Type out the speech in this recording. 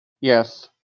Yes